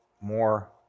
more